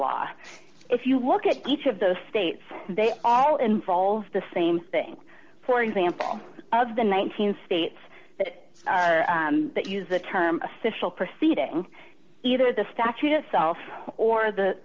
law if you look at each of those states they all involve the same thing for example of the nineteen states that use the term official proceeding either the statute itself or the